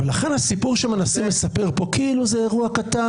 ולכן הסיפור שמנסים לספר פה כאילו זה אירוע קטן,